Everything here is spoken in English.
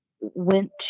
went